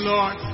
Lord